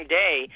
day